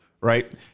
right